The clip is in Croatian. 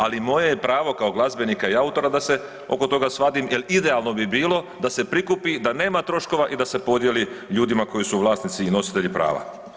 Ali moje je pravo kao glazbenika i autora da se oko toga svadim, jer idealno bi bilo da se prikupi da nema troškova i da se podijeli ljudima koji su vlasnici i nositelji prava.